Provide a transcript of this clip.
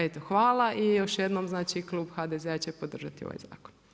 Eto hvala i još jedno znači klub HDZ-a će podržati ovaj zakon.